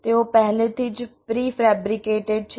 તેઓ પહેલેથી જ પ્રિ ફેબ્રિકેટેડ છે